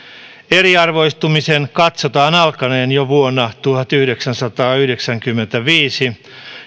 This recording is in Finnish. eriarvoistumisen katsotaan alkaneen jo vuonna tuhatyhdeksänsataayhdeksänkymmentäviisi